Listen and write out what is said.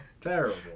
Terrible